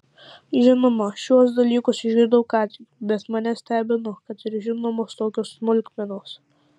žinoma šiuos dalykus išgirdau ką tik bet mane stebino kad ir žinomos tokios smulkmenos